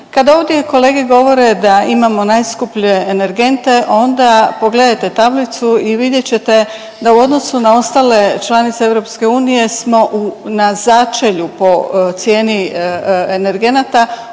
Kada ovdje kolege govore da imamo najskuplje energente onda pogledajte tablicu i vidjet ćete da u odnosu na ostale članice Europske unije smo na začelju po cijeni energenata